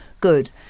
good